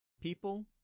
people